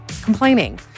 complaining